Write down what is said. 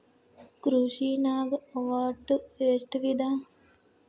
ಕೃಷಿನಾಗ್ ಒಟ್ಟ ಎಷ್ಟ ವಿಧ?